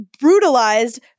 brutalized